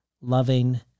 loving